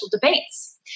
debates